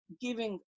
giving